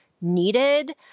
needed